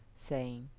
saying,